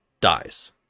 dies